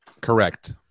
Correct